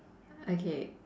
okay